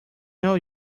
know